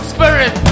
Spirit